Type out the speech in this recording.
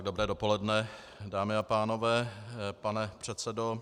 Dobré dopoledne, dámy a pánové, pane předsedo.